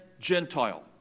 Gentile